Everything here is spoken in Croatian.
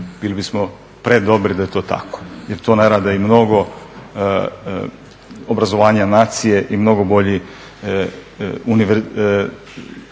Bili bi smo predobri da je to tako, jer to ne rade i mnogo obrazovanije nacije i mnogo bolji